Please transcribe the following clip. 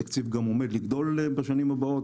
התקציב גם עומד לגדול בשנים הבאות.